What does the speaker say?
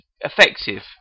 Effective